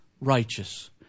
righteous